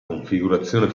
configurazione